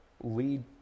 lead